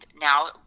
now